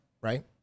right